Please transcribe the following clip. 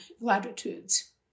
latitudes